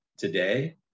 today